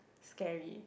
scary